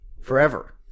forever